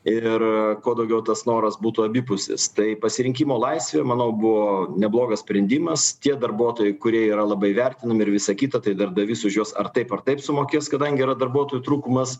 ir kuo daugiau tas noras būtų abipusis tai pasirinkimo laisvė manau buvo neblogas sprendimas tie darbuotojai kurie yra labai vertinami ir visa kita tai darbdavys už juos ar taip ar taip sumokės kadangi yra darbuotojų trūkumas